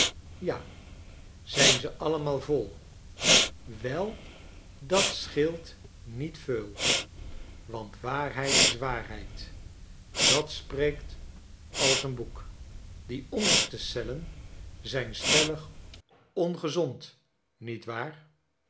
ja zijn ze allemaal vol wel dat scheelt niet veul want waarheid is waarheid dat spreekt als j n boek die onderste cellen zijn stellig ongezond niet waar